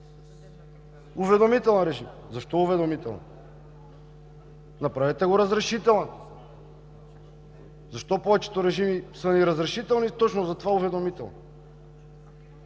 Уведомителен режим! Защо уведомителен? Направете го разрешителен. Защо повечето режими са ни разрешителни, точно за това – уведомителен?!